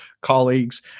colleagues